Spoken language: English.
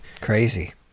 Crazy